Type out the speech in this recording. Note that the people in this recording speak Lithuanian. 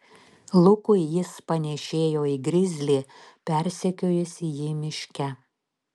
lukui jis panėšėjo į grizlį persekiojusį jį miške